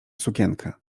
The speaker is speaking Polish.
sukienkę